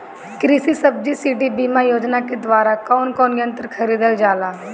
कृषि सब्सिडी बीमा योजना के द्वारा कौन कौन यंत्र खरीदल जाला?